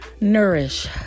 Nourish